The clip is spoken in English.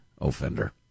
offender